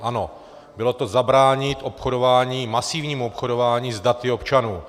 Ano, bylo to zabránit obchodování, masivnímu obchodování s daty občanů.